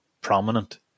prominent